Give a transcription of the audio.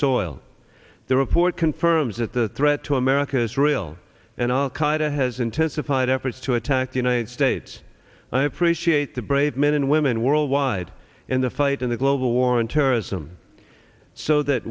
soil the report confirms that the threat to america is real and our qaida has intensified efforts to attack the united states and i appreciate the brave men and women worldwide in the fight in the global war on terrorism so that